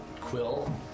Quill